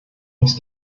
muss